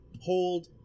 hold